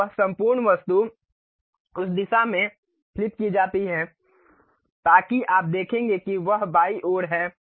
अब वह संपूर्ण वस्तु उस दिशा में फ़्लिप की जाती है ताकि आप देखेंगे कि वह बाईं ओर है